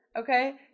okay